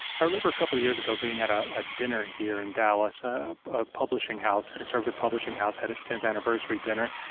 i remember a couple of years ago being at a dinner here in dallas. a a publishing house, a conservative publishing house, had its tenth anniversary dinner,